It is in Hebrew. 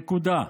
נקודה.